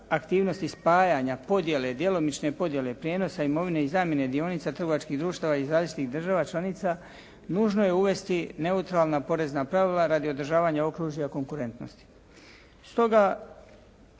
aktivnosti spajanja, podjele, djelomične podjele prijenosa imovine i zamjene dionica trgovačkih država iz različitih država članica nužno je uvesti neutralna porezna pravila radi održavanja okružja konkurentnosti.